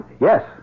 yes